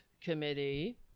committee